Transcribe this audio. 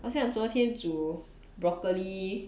好像昨天煮 broccoli